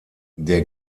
der